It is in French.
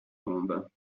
tombes